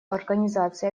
организации